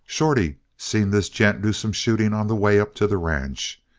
shorty seen this gent do some shooting on the way up to the ranch.